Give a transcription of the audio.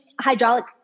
hydraulic